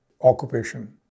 occupation